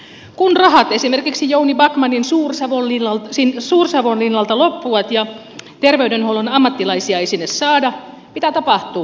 kun rahat esimerkiksi jouni backmanin suur savonlinnalta loppuvat ja terveydenhuollon ammattilaisia ei sinne saada mitä tapahtuu